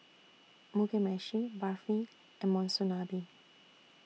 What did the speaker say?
Mugi Meshi Barfi and Monsunabe